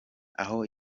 aho